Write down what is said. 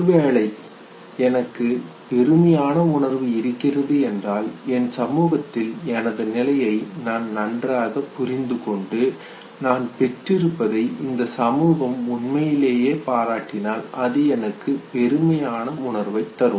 ஒருவேளை எனக்கு பெருமையான உணர்வு இருக்கிறது என்றால் எனது சமூகத்தில் எனது நிலையை நான் நன்றாகப் புரிந்து கொண்டு நான் பெற்றிருப்பதை இந்த சமூகம் உண்மையிலேயே பாராட்டினால் அது எனக்கு பெருமையான உணர்வைத் தரும்